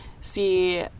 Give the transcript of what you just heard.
see